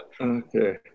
okay